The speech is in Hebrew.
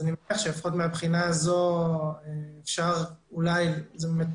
אז אני מניח שלפחות מהבחינה הזו אולי זה באמת